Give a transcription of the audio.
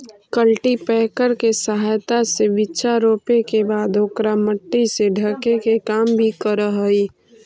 cultipacker के सहायता से बीचा रोपे के बाद ओकरा मट्टी से ढके के काम भी करऽ हई